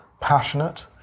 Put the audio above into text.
passionate